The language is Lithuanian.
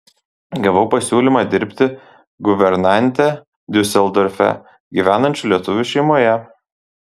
gavau pasiūlymą dirbti guvernante diuseldorfe gyvenančių lietuvių šeimoje